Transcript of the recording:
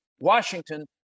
Washington